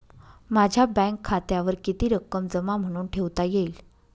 माझ्या बँक खात्यावर किती रक्कम जमा म्हणून ठेवता येईल?